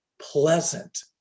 pleasant